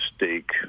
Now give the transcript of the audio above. mistake